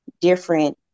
different